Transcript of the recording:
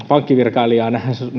pankkivirkailijan